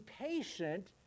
patient